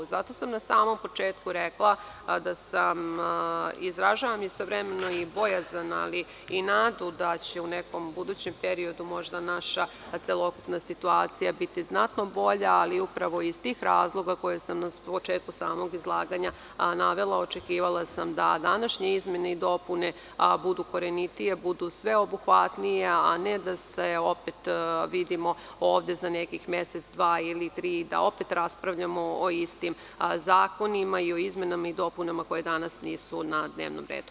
Zato sam na samom početku rekla da izražavam istovremeno i bojazan, ali i nadu da će u nekom budućem periodu možda naša celokupna situacija biti znatno bolja, ali upravo iz tih razloga koje sam na samom početku izlaganja navela očekivala sam da današnje izmene i dopune budu korenitije, budu sveobuhvatnije, a ne da se opet vidimo ovde za nekih mesec, dva ili tri i da opet raspravljamo o istim zakonima i o izmenama i dopunama koje danas nisu na dnevnom redu.